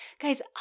Guys